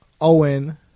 Owen